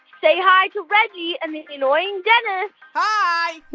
say hi to reggie and the annoying dennis hi